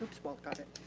um oops, walt got it.